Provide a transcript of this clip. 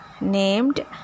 named